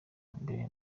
mbere